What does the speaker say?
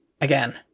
again